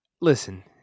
Listen